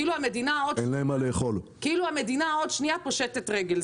כאילו המדינה עוד שנייה פושטת רגל.